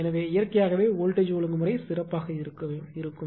எனவே இயற்கையாகவே வோல்டேஜ் ஒழுங்குமுறை சிறப்பாக இருக்கும்